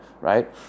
right